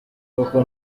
koko